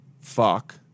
fuck